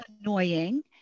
annoying